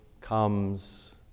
comes